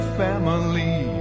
family